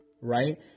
Right